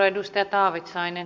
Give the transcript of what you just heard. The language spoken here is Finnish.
arvoisa puhemies